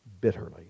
bitterly